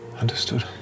Understood